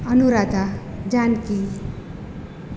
Anuradha Janaki